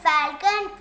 Falcon